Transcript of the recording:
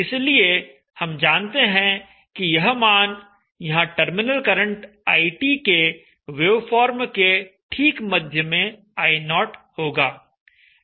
इसलिए हम जानते हैं कि यह मान यहां टर्मिनल करंट IT के वेवफॉर्म के ठीक मध्य में I0 होगा